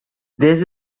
this